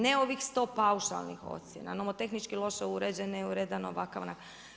Ne ovih 100 paušalnih ocjena, nomotehnički loše uređen, neuredan, ovakav, onakav.